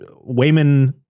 Wayman